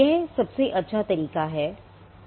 यह सबसे अच्छा तरीक़ा है